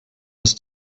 ist